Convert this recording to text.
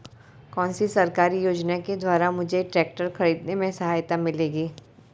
कौनसी सरकारी योजना के द्वारा मुझे ट्रैक्टर खरीदने में सहायता मिलेगी?